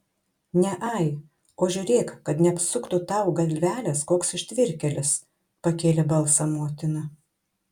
ne ai o žiūrėk kad neapsuktų tau galvelės koks ištvirkėlis pakėlė balsą motina